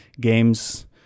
games